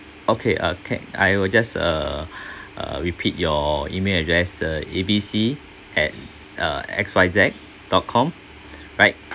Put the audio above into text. okay uh can I will just uh uh repeat your email address uh A B C at uh X Y Z dot com right